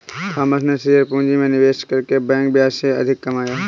Thomas ने share पूंजी में निवेश करके बैंक ब्याज से अधिक कमाया